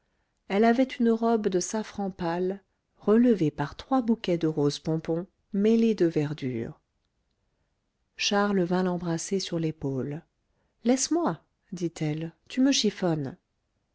elle avait une robe de safran pâle relevée par trois bouquets de roses pompon mêlées de verdure charles vint l'embrasser sur l'épaule laisse-moi dit-elle tu me chiffonnes